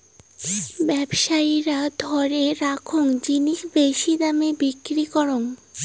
ব্যবসায়ীরা ধরে রাখ্যাং জিনিস বেশি দামে বিক্রি করং